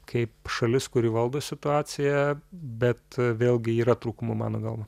kaip šalis kuri valdo situaciją bet vėlgi yra trūkumų mano galva